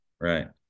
right